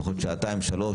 לפחות שעתיים-שלוש,